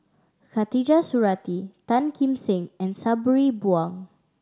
Khatijah Surattee Tan Kim Seng and Sabri Buang